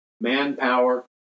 manpower